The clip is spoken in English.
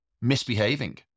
misbehaving